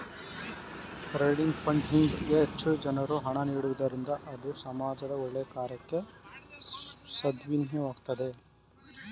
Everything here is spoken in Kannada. ಕ್ರೌಡಿಂಗ್ ಫಂಡ್ಇಂಗ್ ಗೆ ಹೆಚ್ಚು ಜನರು ಹಣ ನೀಡುವುದರಿಂದ ಅದು ಸಮಾಜದ ಒಳ್ಳೆಯ ಕಾರ್ಯಕ್ಕೆ ಸದ್ವಿನಿಯೋಗವಾಗ್ತದೆ